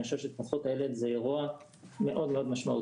אני חושב שהתפתחות ה ילד זה אירוע מאוד מאוד משמעותי,